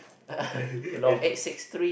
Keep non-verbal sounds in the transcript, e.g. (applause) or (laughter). (laughs) block eight six three